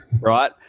right